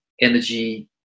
energy